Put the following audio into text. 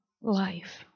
life